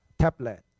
tablet